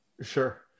Sure